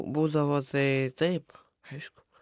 būdavo tai taip aišku